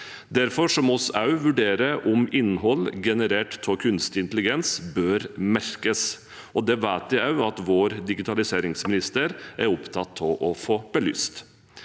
Derfor må vi også vurdere om innhold generert av kunstig intelligens bør merkes. Det vet jeg også at vår digitaliseringsminister er opptatt av å få belyst.